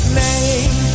name